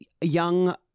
young